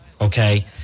okay